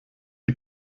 die